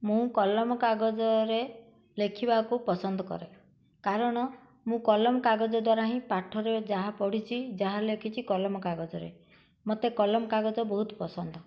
ମୁଁ କଲମ କାଗଜରେ ଲେଖିବାକୁ ପସନ୍ଦ କରେ କାରଣ ମୁଁ କଲମ କାଗଜ ଦ୍ୱାରା ହିଁ ପାଠରେ ଯାହା ପଢ଼ିଛିି ଯାହା ଲେଖିଛି କଲମ କାଗଜରେ ମୋତେ କଲମ କାଗଜ ବହୁତ ପସନ୍ଦ